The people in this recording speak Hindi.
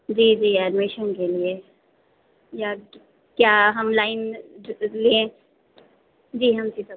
जी जी एडमिशन के लिए या क्या हम लाइन लें जी हम सीतापुर